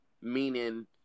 meaning